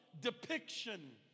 depiction